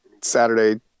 Saturday